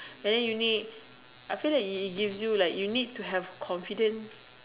then you need I feel like it it gives you like you need to have confident